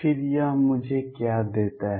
फिर यह मुझे क्या देता है